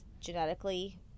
genetically